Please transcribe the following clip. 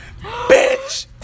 Bitch